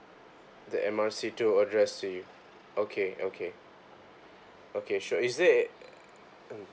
the M R C to address to you okay okay okay sure is there a mm